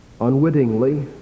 unwittingly